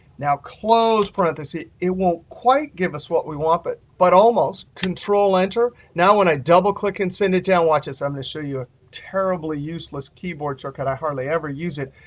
now close parentheses. it won't quite give us what we want, but but almost. control-enter. now when i double click and send it down, watch this. i'm going to show you a terribly useless keyboard shortcut. i hardly ever use it.